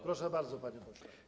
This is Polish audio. Proszę bardzo, panie pośle.